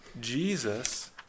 Jesus